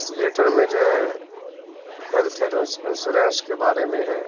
اس letter میں جو ہے ہیلتھ انسورنس کے بارے میں ہے